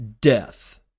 death